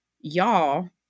y'all